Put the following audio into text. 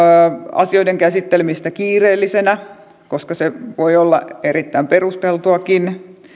asioiden käsittelemisestä kiireellisenä koska se voi olla erittäin perusteltuakin